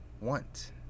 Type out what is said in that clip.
want